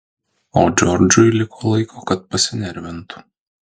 o džordžui liko laiko kad pasinervintų